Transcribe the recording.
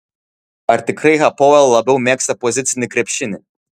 ar tikrai hapoel labiau mėgsta pozicinį krepšinį